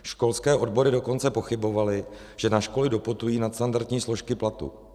Školské odbory dokonce pochybovaly, že na školy doputují nadstandardní složky platu.